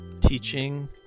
teaching